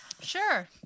Sure